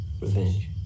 revenge